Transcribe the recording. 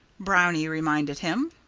brownie reminded him.